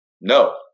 no